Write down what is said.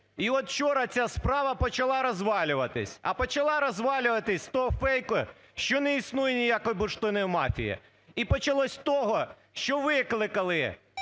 І от вчора ця справа почала розвалюватися. А почала розхвалюватися з того фейку, що не існує ніякої бурштинової мафії. І почалося з того, що викликали